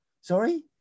sorry